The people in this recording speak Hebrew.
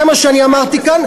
זה מה שאני אמרתי כאן,